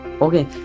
Okay